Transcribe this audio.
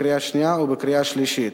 בקריאה שנייה ובקריאה שלישית.